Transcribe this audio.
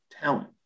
talent